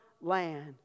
land